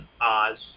Oz